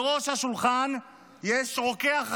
בראש השולחן יש רוקח ראשי.